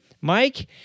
Mike